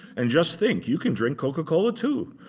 and just think, you can drink coca-cola too.